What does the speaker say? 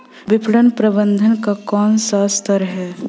विपणन प्रबंधन का कौन सा स्तर है?